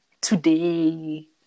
today